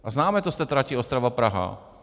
A známe to z té trati OstravaPraha.